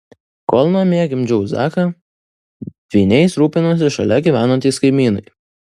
kol namie gimdžiau zaką dvyniais rūpinosi šalia gyvenantys kaimynai